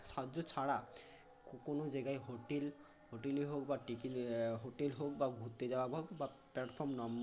সাহায্য ছাড়া কোনো জায়গায় হোটেল হোটেলই হোক বা হোটেল হোক বা ঘুরতে যাওয়া যাক বা প্ল্যাটফর্ম